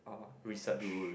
orh research